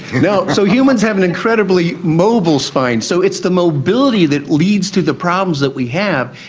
you know so humans have an incredibly mobile spine, so it's the mobility that leads to the problems that we have.